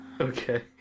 Okay